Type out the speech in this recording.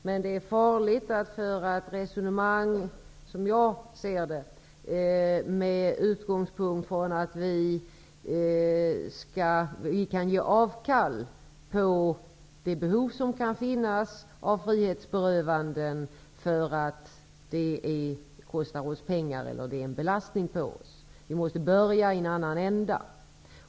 Men det är farligt att föra ett resonemang med utgångspunkt i att vi kan göra avkall på det behov som finns av frihetsberövanden därför att det kostar pengar eller är en belastning. Vi måste börja i en annan ände.